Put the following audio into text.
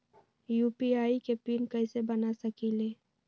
UPI के PIN कैसे बना सकीले?